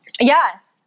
Yes